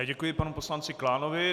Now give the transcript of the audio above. Děkuji panu poslanci Klánovi.